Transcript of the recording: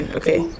okay